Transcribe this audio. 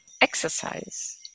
exercise